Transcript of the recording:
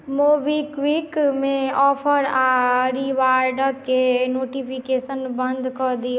मोबीक्विकमे offer आ रिवार्डकेँ notification बन्द कऽ दियौ